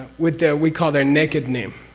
with their, we call their naked name.